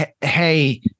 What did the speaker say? hey